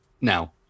now